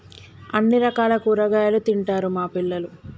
అన్ని రకాల కూరగాయలు తింటారు మా పిల్లలు